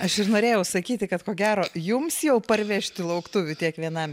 aš ir norėjau sakyti kad ko gero jums jau parvežti lauktuvių tiek vienam